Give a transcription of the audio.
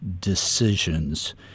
decisions